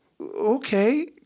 okay